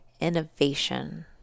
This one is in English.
innovation